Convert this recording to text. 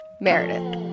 Meredith